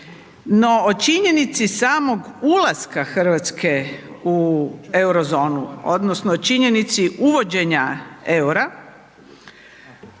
no o činjenici samog ulaska RH u Eurozonu odnosno činjenici uvođenja EUR-a